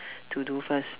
to do first